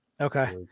Okay